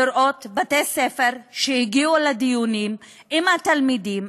לראות בתי-ספר שהגיעו לדיונים עם התלמידים,